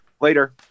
later